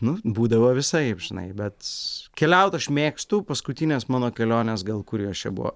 nu būdavo visaip žinai bet keliaut aš mėgstu paskutinės mano kelionės gal kur jos čia buvo